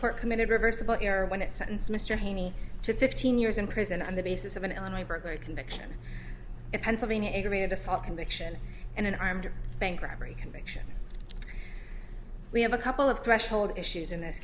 court committed reversible error when it sentenced mr haney to fifteen years in prison on the basis of an illinois burglary conviction a pennsylvania aggravated assault conviction and an armed bank robbery conviction we have a couple of threshold issues in this